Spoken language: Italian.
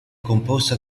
composta